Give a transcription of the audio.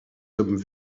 hommes